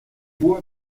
voix